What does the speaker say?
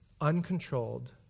uncontrolled